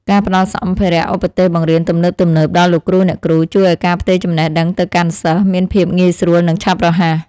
ការផ្តល់សម្ភារៈឧបទេសបង្រៀនទំនើបៗដល់លោកគ្រូអ្នកគ្រូ ជួយឱ្យការផ្ទេរចំណេះដឹងទៅកាន់សិស្សមានភាពងាយស្រួលនិងឆាប់រហ័ស។